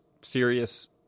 serious